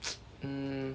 um